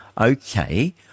Okay